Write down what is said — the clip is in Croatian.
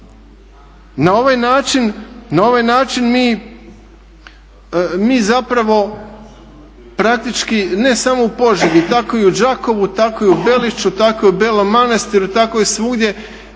na ovaj način mi zapravo praktički ne samo u Požegi, tako i u Đakovu, tako i u Belišću, tako i u Belom Manastiru, tako je i svugdje,